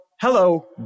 hello